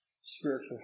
spiritual